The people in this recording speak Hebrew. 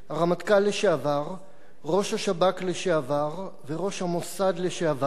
הרמטכ"ל לשעבר, ראש השב"כ לשעבר וראש המוסד לשעבר,